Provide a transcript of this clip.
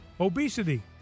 obesity